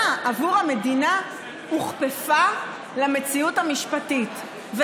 עבור המדינה הוכפפה למציאות המשפטית,